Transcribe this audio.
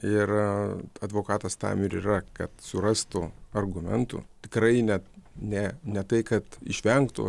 ir advokatas tam ir yra kad surastų argumentų tikrai ne ne ne tai kad išvengtų